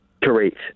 Correct